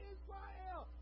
Israel